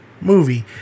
movie